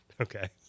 Okay